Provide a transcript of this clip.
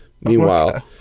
Meanwhile